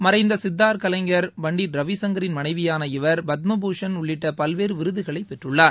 மறைந்த சித்தார் கலைஞர் பண்டிட் ரவிசங்கரின் மனைவியான இவர் பத்மபூஷன் உள்ளிட்ட பல்வேறு விருதுகளைப் பெற்றுள்ளார்